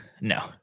No